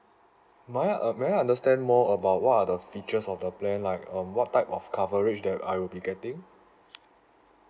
might I uh may I understand more about what are the features of the plan like um what type of coverage that I will be getting